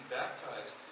baptized